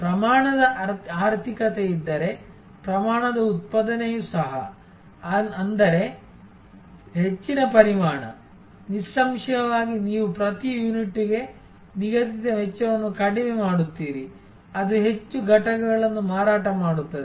ಪ್ರಮಾಣದ ಆರ್ಥಿಕತೆಯಿದ್ದರೆ ಪ್ರಮಾಣದ ಉತ್ಪಾದನೆಯೂ ಸಹ ಅಂದರೆ ಹೆಚ್ಚಿನ ಪರಿಮಾಣ ನಿಸ್ಸಂಶಯವಾಗಿ ನೀವು ಪ್ರತಿ ಯೂನಿಟ್ಗೆ ನಿಗದಿತ ವೆಚ್ಚವನ್ನು ಕಡಿಮೆ ಮಾಡುತ್ತೀರಿ ಅದು ಹೆಚ್ಚು ಘಟಕಗಳನ್ನು ಮಾರಾಟ ಮಾಡುತ್ತದೆ